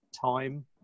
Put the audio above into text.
time